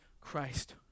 Christ